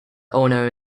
owner